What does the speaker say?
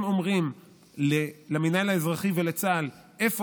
הם אומרים למינהל האזרחי ולצה"ל איפה